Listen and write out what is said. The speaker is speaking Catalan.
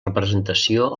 representació